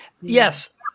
Yes